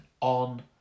on